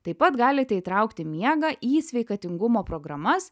taip pat galite įtraukti miegą į sveikatingumo programas